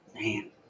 Man